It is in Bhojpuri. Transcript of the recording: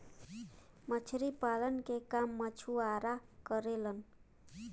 मछरी पालन के काम मछुआरा करेलन